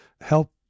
help